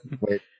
wait